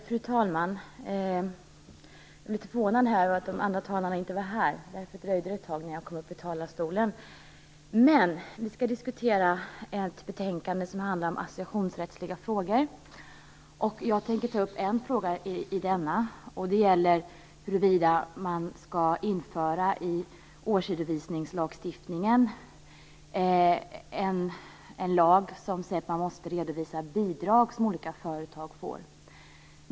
Fru talman! Vi skall diskutera ett betänkande som handlar om associationsrättsliga frågor. Jag tänker ta upp en fråga i betänkandet. Det gäller huruvida det skall införas en lag i årsredovisningslagstiftningen som säger att man måste redovisa bidrag som olika företag får.